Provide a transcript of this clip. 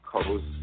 close